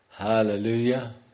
Hallelujah